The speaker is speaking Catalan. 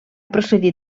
procedir